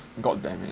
god damn it